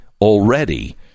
already